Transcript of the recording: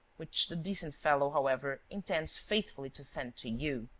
which the decent fellow, however, intends faithfully to send to you.